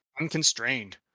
unconstrained